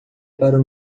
para